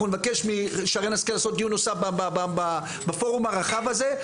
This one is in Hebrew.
אנחנו נבקש משרן השכל לעשות דיון נוסף בפורום הרחב הזה,